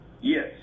Yes